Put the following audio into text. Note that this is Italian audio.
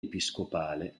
episcopale